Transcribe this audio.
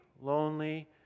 lonely